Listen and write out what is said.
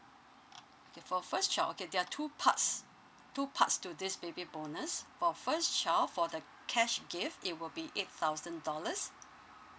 okay for first child okay there are two parts two parts to this baby bonus for first child for the cash gift it will be eight thousand dollars